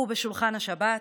הוא בשולחן השבת.